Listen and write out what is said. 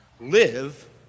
live